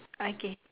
okay